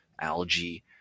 algae